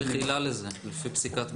צריך עילה לזה, לפי פסיקת בג"ץ.